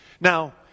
Now